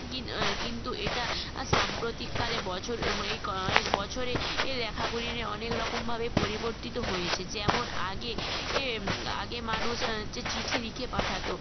কি কিন্তু এটা সাম্প্রতিককালে বছর মানে এই কয়েক বছরে এই লেখাগুলি নিয়ে অনেক রকমভাবে পরিবর্তিত হয়েছে যেমন আগে এ আগে মানুষ হচ্ছে চিঠি লিখে পাঠাতো